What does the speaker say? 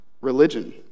religion